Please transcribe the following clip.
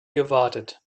gewartet